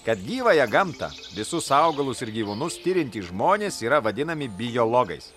kad gyvąją gamtą visus augalus ir gyvūnus tiriantys žmonės yra vadinami biologais